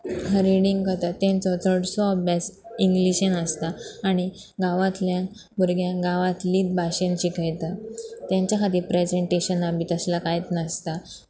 reading करता तेंचो चडसो अभ्यास इंग्लिशन आसता आनी गांवांतल्यान भुरग्यांक गांवांतलीच भाशेन शिकयता तेंच्या खातीर प्रेजेंनटेशना बी तसले कांय नासता